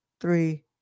three